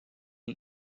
eut